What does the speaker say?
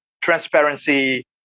transparency